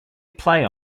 play